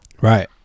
Right